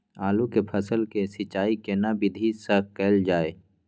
आलू के फसल के सिंचाई केना विधी स कैल जाए?